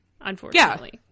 unfortunately